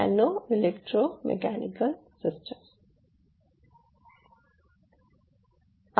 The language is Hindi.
nano electromechanical system